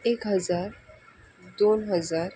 एक हजार दोन हजार